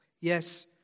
Yes